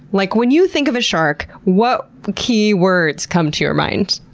like when you think of a shark, what key words come to your mind?